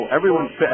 Everyone's